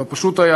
ולא פשוט היה,